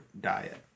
diet